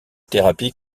thérapie